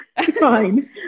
fine